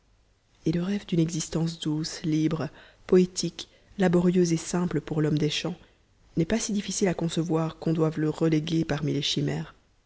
et le rêve d'une existence douce libre poétique laborieuse et simple pour l'homme des champs n'est pas si difficile à concevoir qu'on doive le reléguer parmi les chimères